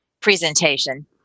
presentation